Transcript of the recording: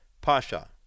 Pasha